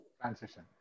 transition